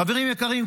חברים יקרים,